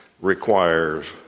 requires